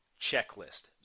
checklist